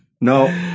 no